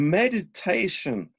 meditation